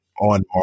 on